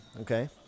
Okay